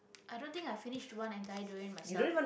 i don't think i finished one entire durian myself